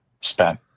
spent